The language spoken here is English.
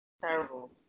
Terrible